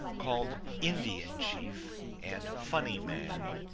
called indian chief, and funny man,